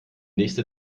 nächste